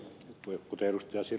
kuten ed